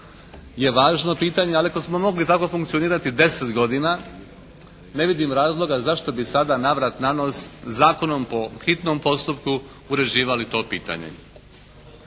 je važno pitanje, ali ako smo mogli tako funkcionirati deset godina ne vidim razloga zašto bi sada navrat nanos zakonom po hitnom postupku uređivali to pitanje.